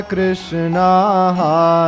Krishna